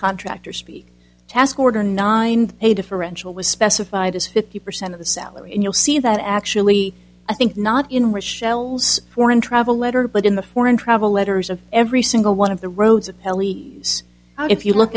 contractor speak task order nine pay differential was specified as fifty percent of the salary and you'll see that actually i think not in rich shells foreign travel letter but in the foreign travel letters of every single one of the roads appellee out if you look